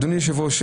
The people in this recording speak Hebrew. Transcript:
אדוני היושב-ראש,